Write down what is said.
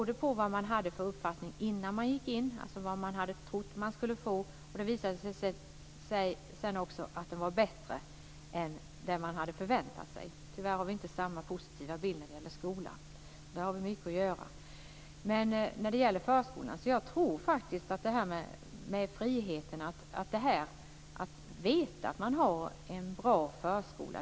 Den uppfattningen hade man innan man gick in, alltså om vad man trodde att man skulle få, och det visade sig sedan att det var bättre än det man hade förväntat sig. Tyvärr har vi inte samma positiva bild när det gäller skolan. Där har vi mycket att göra. Jag tror faktiskt att det är viktigt för föräldrarna att veta att man har en bra förskola.